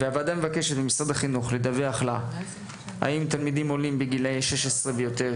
הוועדה מבקשת ממשרד החינוך לדווח לה האם תלמידים עולים בגילאי 16 ויותר,